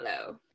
hello